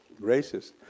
racist